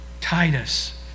Titus